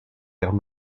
vers